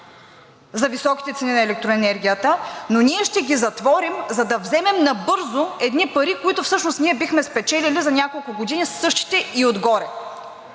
за високите цени на електроенергията, но ние ще ги затворим, за да вземем набързо едни пари, които всъщност ние бихме спечелили за няколко години, същите и отгоре.